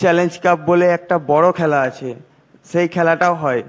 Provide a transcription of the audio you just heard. challenge cup বলে একটা বড় খেলা আছে সেই খেলাটাও হয়